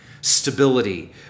stability